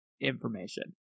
information